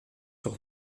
sur